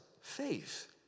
faith